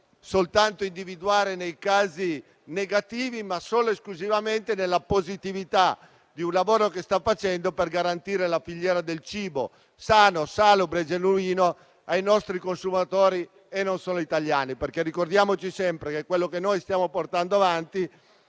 dobbiamo individuare nei casi negativi, ma solo ed esclusivamente nella positività del lavoro che sta facendo per garantire la filiera di un cibo sano, salubre, genuino destinato ai consumatori, non solo italiani. Ricordiamoci sempre, infatti, che quello che stiamo portando avanti